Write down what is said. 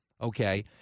okay